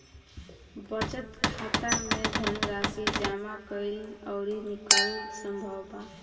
बचत खाता में धनराशि जामा कईल अउरी निकालल संभव बा